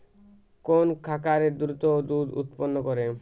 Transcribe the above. কোন খাকারে দ্রুত দুধ উৎপন্ন করে?